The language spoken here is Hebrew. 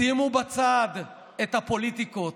שימו בצד את הפוליטיקות.